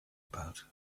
about